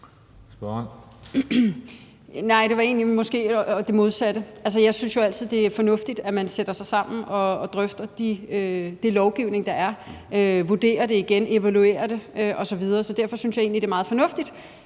Nej, det var måske egentlig det modsatte. Altså, jeg synes jo altid, det er fornuftigt, at man sætter sig sammen og drøfter den lovgivning, der er, vurderer det igen, evaluerer det osv. Derfor synes jeg egentlig, det er meget fornuftigt